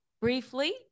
briefly